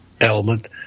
element